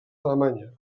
alemanya